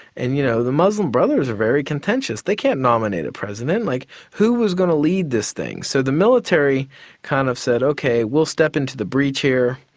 and, you know the muslim brothers are very contentious they can't nominate a president like, who was going to lead this thing? so the military kind of said, ok, we'll step into the breach here.